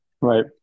Right